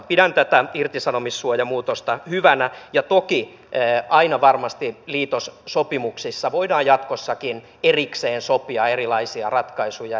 pidän tätä irtisanomissuojamuutosta hyvänä ja toki aina varmasti liitossopimuksissa voidaan jatkossakin erikseen sopia erilaisia ratkaisuja